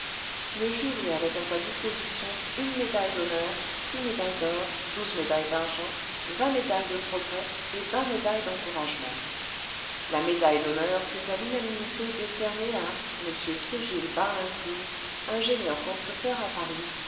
le jury avait à sa disposition une médaille d'honneur six médailles d'or douze médailles d'argent vingt médailles de progrès et vingt médailles d'encouragement la médaille d'honneur fut à l'unanimité décernée à m virgile barlincourt ingénieur constructeur à paris